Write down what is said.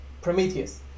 Prometheus